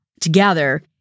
together